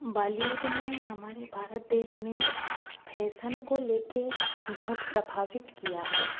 Bollywood ने हमारे भारत देश में फैसन को ले के बहुत प्रभावित किया है